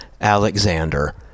Alexander